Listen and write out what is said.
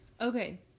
Okay